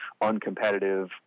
uncompetitive